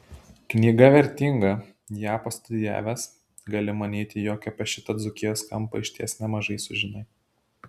knyga vertinga ją pastudijavęs gali manyti jog apie šitą dzūkijos kampą išties nemažai sužinai